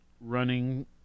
running